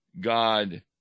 God